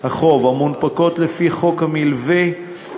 החוב המונפקות לפי חוק המלווה (חברות הביטוח),